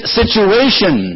situation